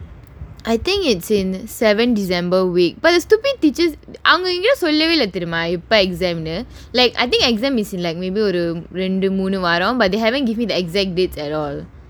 I think it's in seven december week but the stupid teachers அவங்க எங்கயோ சொல்லவே இல்ல தெரியுமா எப்ப:avanga engayo sollavae illa theriyumaa exam னு:nu like I think exam missing like may be ஒரு ரெண்டு மூணு வாரம்:oru rendu moonu vaaram but they haven't give me the exact dates and all